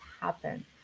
happen